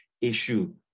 issue